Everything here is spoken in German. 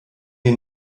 den